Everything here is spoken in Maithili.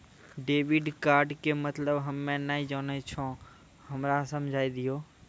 डेबिट कार्ड के मतलब हम्मे नैय जानै छौ हमरा समझाय दियौ?